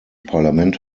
parlament